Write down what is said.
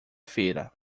feira